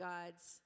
God's